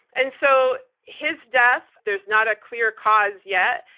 and so his death, there's not a clear cause yet.